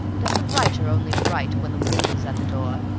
does the writer only write when the wolf is at the door?